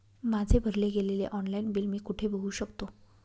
माझे भरले गेलेले ऑनलाईन बिल मी कुठे बघू शकतो?